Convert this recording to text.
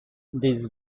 this